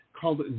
called